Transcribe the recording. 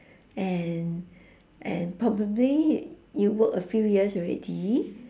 and and probably you work a few years already